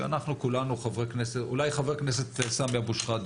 אולי חבר הכנסת סמי אבו שחאדה,